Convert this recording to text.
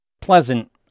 pleasant